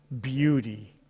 beauty